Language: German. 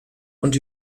und